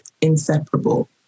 inseparable